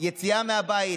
לגבי קריית גת מערב,